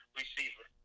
receiver